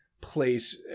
place